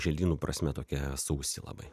želdynų prasme tokie sausi labai